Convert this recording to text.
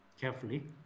carefully